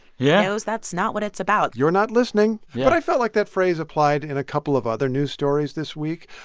yeah. knows that's not what it's about you're not listening yeah but i felt like that phrase applied in a couple of other news stories this week.